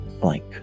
blank